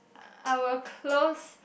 I will close